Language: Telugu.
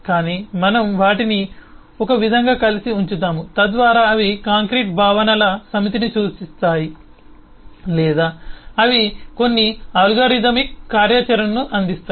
కానీ మనం వాటిని ఒక విధంగా కలిసి ఉంచుతాము తద్వారా అవి కాంక్రీట్ భావనల సమితిని సూచిస్తాయి లేదా అవి కొన్ని అల్గోరిథమిక్ కార్యాచరణను అందిస్తాయి